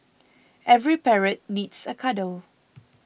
every parrot needs a cuddle